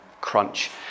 crunch